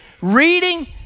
reading